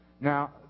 Now